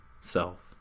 self